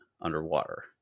underwater